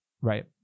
Right